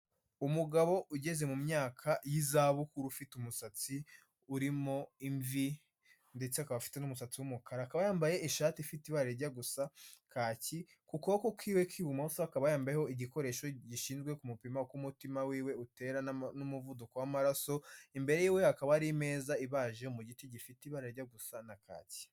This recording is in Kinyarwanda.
Umugabo ugeze mu myaka y'izabukuru ufite umusatsi urimo imvi, ndetse akaba afite n'umusatsi w'umukara, akaba yambaye ishati ifite ibara rijya gusa kaki, ku kuboko kwiwe kw'ibumoso akaba yambayeho igikoresho gishizwe kumupima uko umutima wiwe utera n'umuvuduko w'amaraso, imbere y'iwe hakaba hari imeza ibaje mu giti gifite ibara ryijya gusa na kaki.